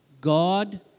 God